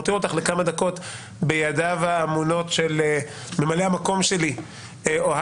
אני מותיר אותך לכמה דקות בידיו האמונות של ממלא המקום שלי אוהד,